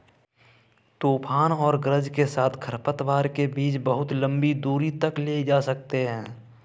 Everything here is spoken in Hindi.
तूफान और गरज के साथ खरपतवार के बीज बहुत लंबी दूरी तक ले जा सकते हैं